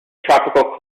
tropical